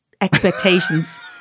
expectations